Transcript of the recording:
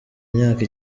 imyaka